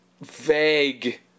Vague